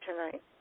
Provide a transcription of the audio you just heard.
tonight